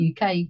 UK